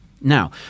Now